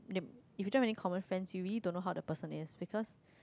if you don't have any common friends you really don't know how the person is because